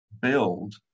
build